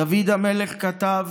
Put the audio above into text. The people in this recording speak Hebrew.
דוד המלך כתב